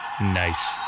Nice